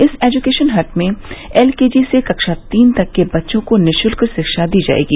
इस education hut में LKG से कक्षा तीन तक के बच्चों को निशुल्क शिक्षा दी जायेगी